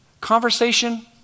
Conversation